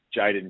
Jaden